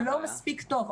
זה לא מספיק טוב.